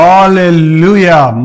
Hallelujah